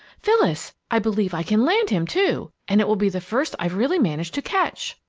phyllis! i believe i can land him, too. and it will be the first i've really managed to catch!